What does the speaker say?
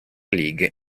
league